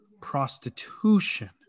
prostitution